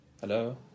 Hello